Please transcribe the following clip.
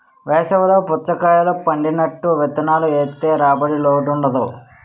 వేసవి లో పుచ్చకాయలు పండినట్టు విత్తనాలు ఏత్తె రాబడికి లోటుండదు